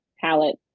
palette